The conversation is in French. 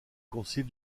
concile